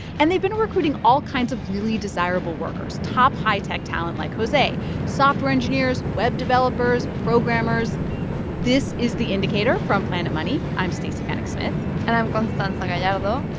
and they've been recruiting all kinds of really desirable workers, top high-tech talent like jose software engineers, web developers, programmers this is the indicator from planet money. i'm stacey vanek smith and i'm constanza gallardo.